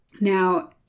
Now